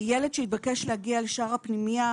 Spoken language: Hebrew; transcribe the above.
ילד שהתבקש להגיע לשער הפנימייה,